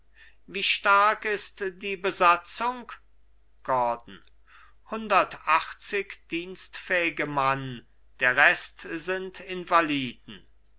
wie stark ist die besatzung gordon hundertachtzig dienstfähige mann der rest sind invaliden